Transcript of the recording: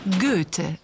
Goethe